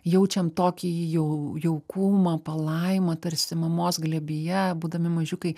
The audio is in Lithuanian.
jaučiam tokį jau jaukumą palaimą tarsi mamos glėbyje būdami mažiukai